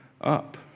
up